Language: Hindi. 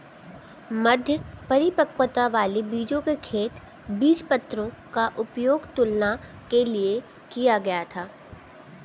मध्य परिपक्वता वाले बीजों के खेत बीजपत्रों का उपयोग तुलना के लिए किया गया था